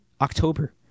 October